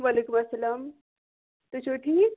وعلیکُم السلام تُہۍ چھُوا ٹھیٖک